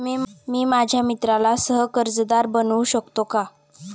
मी माझ्या मित्राला सह कर्जदार बनवू शकतो का?